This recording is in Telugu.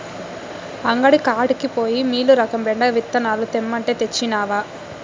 అంగడి కాడికి పోయి మీలురకం బెండ విత్తనాలు తెమ్మంటే, తెచ్చినవా